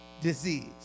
disease